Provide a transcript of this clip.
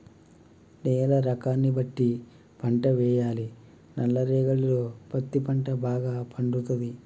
నేల రకాన్ని బట్టి పంట వేయాలి నల్ల రేగడిలో పత్తి పంట భాగ పండుతది